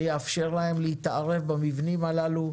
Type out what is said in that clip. שיאפשר להם להתערב במבנים הללו,